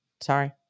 Sorry